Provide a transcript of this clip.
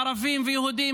ערבים ויהודים,